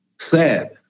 sad